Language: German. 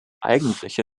eigentliche